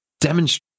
demonstrate